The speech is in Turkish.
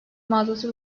mağazası